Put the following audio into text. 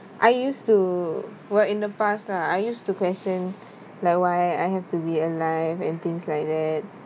I used to well in the past lah I used to question like why I have to be alive and things like that